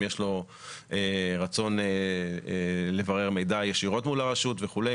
יש לו רצון לברר מידע ישירות מול הרשות וכולי,